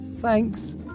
Thanks